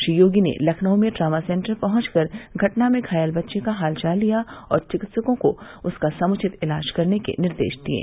श्री योगी ने लखनऊ में trauma centre पहुंच कर घटना में घायल बच्चे का हालचाल लिया और चिकित्सकों को उसका समुचित इलाज करने के निर्देश दिये